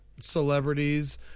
celebrities